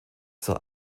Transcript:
sah